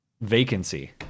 vacancy